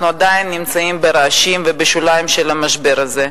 אנחנו עדיין נמצאים ברעשים ובשוליים של המשבר הזה,